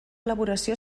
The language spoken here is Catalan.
elaboració